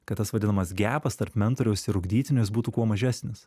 kad tas vadinamas gepas tarp mentoriaus ir ugdytinių jis būtų kuo mažesnis